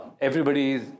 everybody's